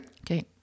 Okay